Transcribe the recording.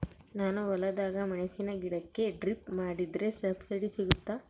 ನಾನು ಹೊಲದಾಗ ಮೆಣಸಿನ ಗಿಡಕ್ಕೆ ಡ್ರಿಪ್ ಮಾಡಿದ್ರೆ ಸಬ್ಸಿಡಿ ಸಿಗುತ್ತಾ?